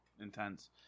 intense